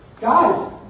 Guys